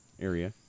area